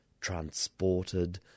Transported